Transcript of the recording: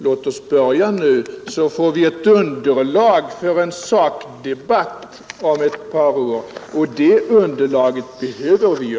Låt oss börja nu, så får vi underlag för en sakdebatt om ett par år, och det underlaget behöver vi ju.